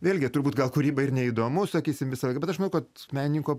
vėlgi turbūt gal kūryba ir neįdomu sakysim visąlaik bet aš manau kad meninko